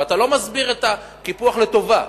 ואתה לא מסביר את הקיפוח לטובה,